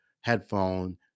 headphone